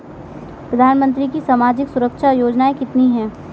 प्रधानमंत्री की सामाजिक सुरक्षा योजनाएँ कितनी हैं?